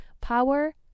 power